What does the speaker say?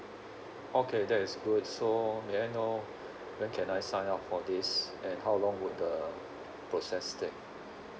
okay that is good so may I know when can I sign up for this and how long would the process take